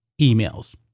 emails